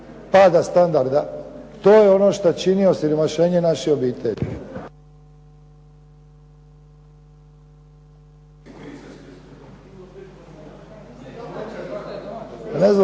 pada standarda. To je ono što čini osiromašenje naših obitelji.